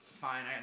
fine